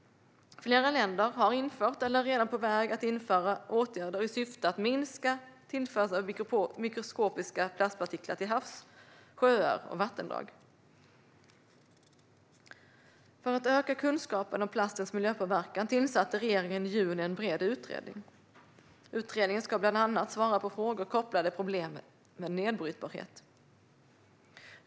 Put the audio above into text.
Flera länder har redan infört eller är på väg att införa åtgärder i syfte att minska tillförseln av mikroskopiska plastpartiklar till hav, sjöar och vattendrag. För att öka kunskapen om plastens miljöpåverkan tillsatte regeringen i juni en bred utredning. Utredningen ska bland annat svara på frågor kopplade till problemet med nedbrytbarhet.